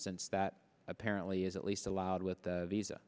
since that apparently is at least allowed with the visa